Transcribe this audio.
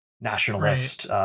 nationalist